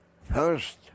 first